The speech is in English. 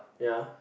ya